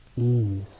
ease